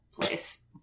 place